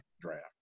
draft